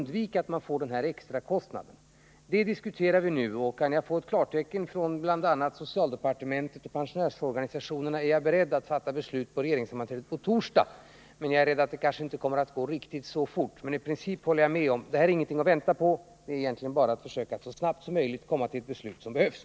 Det förslaget diskuterar vi nu, och kan jag få ett klartecken från bl.a. socialdepartementet och pensionärsorganisationerna är jag beredd att ta upp frågan på regeringssammanträdet på torsdag. Jag är rädd för att det kanske inte kommer att kunna gå riktigt så snabbt, men i princip håller jag med om att det här inte är någonting att vänta på, utan att det egentligen bara gäller att försöka att så snabbt som möjligt komma fram till det beslut som behövs.